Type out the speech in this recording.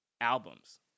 albums